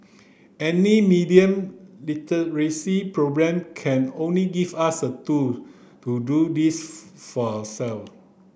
any media literacy programme can only give us the tool to do this for ourself